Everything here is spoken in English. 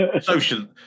social